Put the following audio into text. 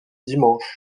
dimanche